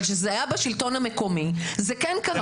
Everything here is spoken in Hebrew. אבל כשזה היה בשלטון המקומי זה כן קרה.